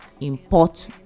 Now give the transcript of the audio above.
import